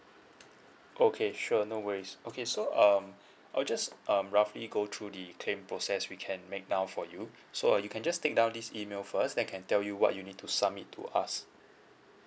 okay sure no worries okay so um I'll just um roughly go through the claim process we can make now for you so uh you can just take down this email first then I can tell you what you need to submit to us